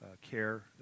care